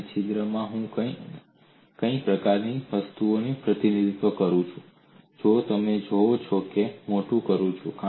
અને છિદ્રમાં હું કઈ પ્રકારની વસ્તુઓનું પ્રતિનિધિત્વ કરું છું તે જોવા માટે હું તેને મોટું કરું છું